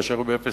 כאשר הוא ב-08